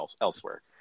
elsewhere